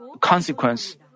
consequence